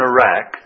Iraq